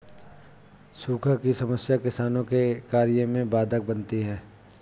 सूखा की समस्या किसानों के कार्य में बाधक बनती है